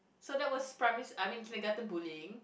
so that was primary sch~ I mean kindergarten bullying